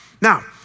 Now